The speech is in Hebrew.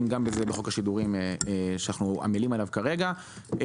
בזה גם בחוק השידורים שאנחנו עמלים עליו כרגע.